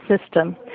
system